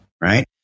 right